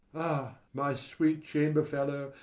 my sweet chamber-fellow,